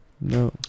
no